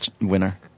winner